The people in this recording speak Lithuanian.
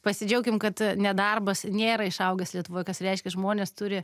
pasidžiaukim kad nedarbas nėra išaugęs lietuvoj kas reiškia žmonės turi